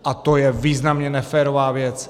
A to je významně neférová věc.